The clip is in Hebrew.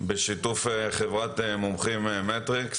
בשיתוף חברת מומחים מטריקס